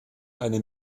eine